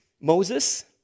moses